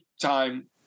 time